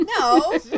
No